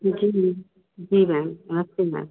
जी ma'am जी ma'am नमस्ते ma'am